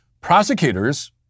Prosecutors